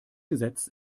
gesetz